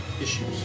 Issues